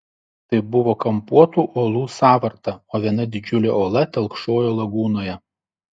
tai buvo kampuotų uolų sąvarta o viena didžiulė uola telkšojo lagūnoje